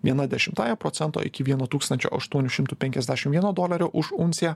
viena dešimtąja procento iki vieno vieno tūkstančio aštuonių šimtų penkiasdešim vieno dolerio už unciją